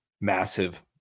massive